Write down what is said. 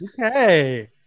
Okay